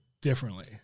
differently